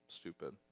stupid